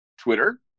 Twitter